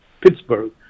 Pittsburgh